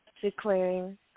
declaring